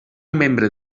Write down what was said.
membre